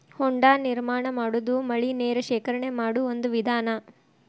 ಹೊಂಡಾ ನಿರ್ಮಾಣಾ ಮಾಡುದು ಮಳಿ ನೇರ ಶೇಖರಣೆ ಮಾಡು ಒಂದ ವಿಧಾನಾ